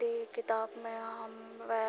हिन्दी किताबमे हम व्याकरण